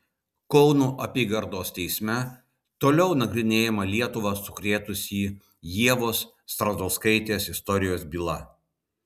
kauno apygardos teisme toliau nagrinėjama lietuvą sukrėtusį ievos strazdauskaitės istorijos byla